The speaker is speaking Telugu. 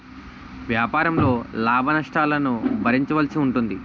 వ్యాపారంలో లాభనష్టాలను భరించాల్సి ఉంటుంది